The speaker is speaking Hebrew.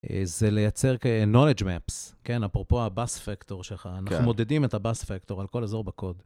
זה לייצר knowledge maps, כן, אפרופו הבאס פקטור שלך. אנחנו מודדים את הבאס פקטור על כל אזור בקוד.